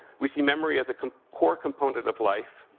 we see memory as a core component of life.